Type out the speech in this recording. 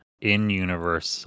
in-universe